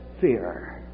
Fear